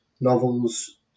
novels